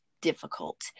difficult